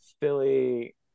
Philly